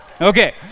okay